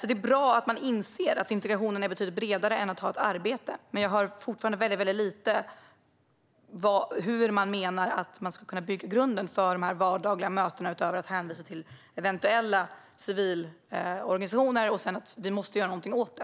Det är bra att man inser att integrationen är betydligt bredare än frågan om att ha ett arbete, men jag hör fortfarande väldigt lite om hur man menar att grunden för de här vardagliga mötena skulle kunna byggas, utöver att man hänvisar till eventuella civilorganisationer och säger att vi måste göra någonting åt det.